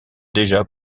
déjà